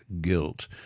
guilt